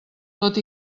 tot